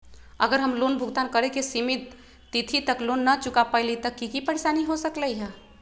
अगर हम लोन भुगतान करे के सिमित तिथि तक लोन न चुका पईली त की की परेशानी हो सकलई ह?